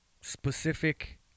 specific